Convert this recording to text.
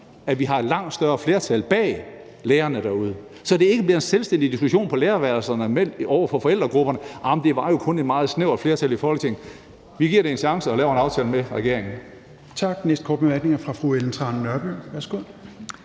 at vi har et langt større flertal bag lærerne derude, så det ikke bliver en selvstændig diskussion på lærerværelserne over for forældregrupperne, og hvor det kun var med et meget snævert flertal i Folketinget? Vi giver det en chance og laver en aftale med regeringen.